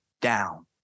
down